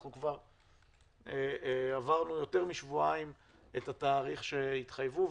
אנחנו כבר עברנו יותר משבועיים את התאריך שהתחייבו,